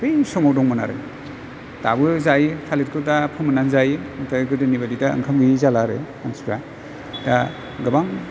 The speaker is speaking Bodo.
बै समाव दंमोन आरो दाबो जायो थालिरखौ दा फोमोननानै जायो ओमफ्राय गोदोनि बायदि दा ओंखाम गैयै जाला आरो मानसिफ्रा दा गोबां